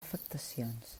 afectacions